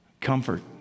Comfort